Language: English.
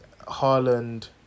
Haaland